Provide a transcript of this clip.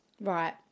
Right